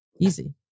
Easy